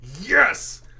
Yes